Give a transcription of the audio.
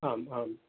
आम् आम्